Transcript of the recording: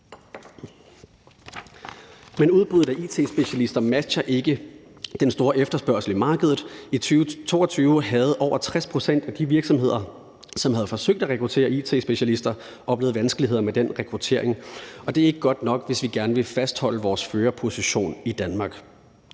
Men udbuddet af it-specialister matcher ikke den store efterspørgsel i markedet. I 2022 havde over 60 pct. af de virksomheder, som havde forsøgt at rekruttere it-specialister, oplevet vanskeligheder med den rekruttering, og det er ikke godt nok, hvis vi gerne vil fastholde vores førerposition i Danmark.